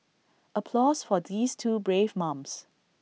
applause for these two brave mums